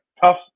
Tough